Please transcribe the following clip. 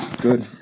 Good